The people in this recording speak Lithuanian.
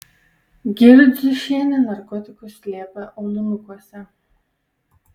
girdziušienė narkotikus slėpė aulinukuose